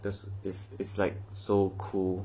this is is like so cool